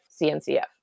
CNCF